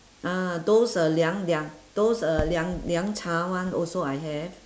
ah those uh liang liang those uh liang liang cha one also I have